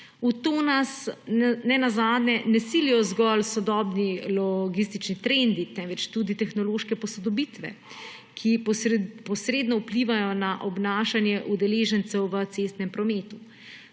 V to nas nenazadnje ne silijo zgolj sodobni logistični trendi, temveč tudi tehnološke posodobitve, ki posredno vplivajo na obnašanje udeležencev v cestnem prometu.